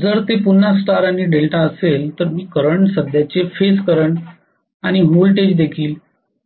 जर ते पुन्हा स्टार आणि डेल्टा असेल तर मी करंट सध्याचे फेज करंट आणि व्होल्टेज देखील